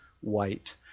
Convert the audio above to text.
white